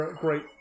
great